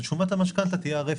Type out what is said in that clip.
אז שומת המשכנתא תהיה הרפרנס.